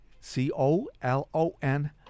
C-O-L-O-N